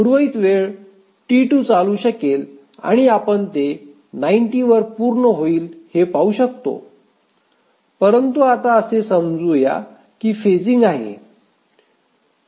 उर्वरित वेळ T2 चालू शकेल आणि आपण ते 90 वर पूर्ण होईल हे पाहू शकतो परंतु आता असे समजू या की फेजिंग आहे